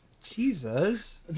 Jesus